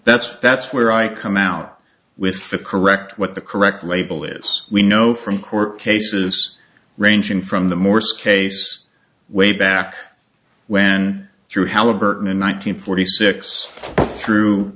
that's that's where i come out with the correct what the correct label is we know from court cases ranging from the morse case way back when through halliburton in one nine hundred forty six through